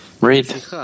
Read